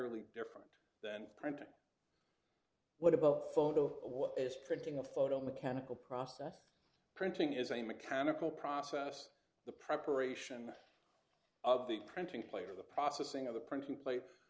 ely different than printing what about photo what is printing a photo mechanical process printing is a mechanical process the preparation of the printing plate or the processing of the printing pla